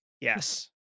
Yes